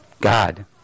God